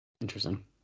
Interesting